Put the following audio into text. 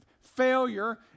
failure